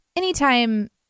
Anytime